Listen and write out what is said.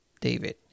David